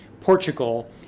Portugal